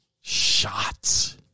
shots